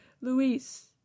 Luis